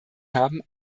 haben